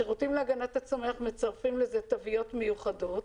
השירותים להגנת הצומח מצרפים לזה תוויות מיוחדות,